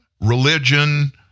religion